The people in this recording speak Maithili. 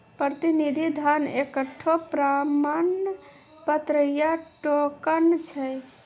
प्रतिनिधि धन एकठो प्रमाण पत्र या टोकन छै